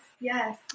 Yes